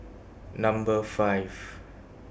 Number five